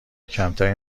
کمتری